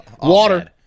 Water